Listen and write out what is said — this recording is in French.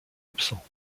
absents